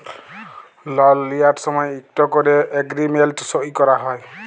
লল লিঁয়ার সময় ইকট ক্যরে এগ্রীমেল্ট সই ক্যরা হ্যয়